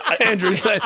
Andrew's